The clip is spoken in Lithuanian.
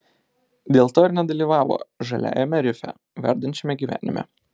dėl to ir nedalyvavo žaliajame rife verdančiame gyvenime